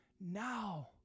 now